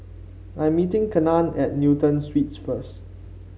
I'm meeting Kenan at Newton Suites first